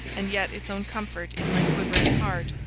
and yet its own comfort in my quivering heart,